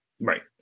Right